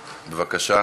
בבקשה,